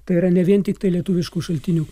tai yra ne vien tiktai lietuviškų šaltinių